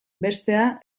bestea